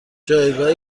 جایگاه